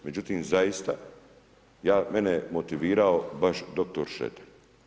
Međutim zaista, mene je motivirao baš dr. Šreter.